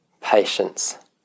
patience